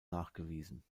nachgewiesen